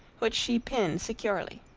which she pinned securely.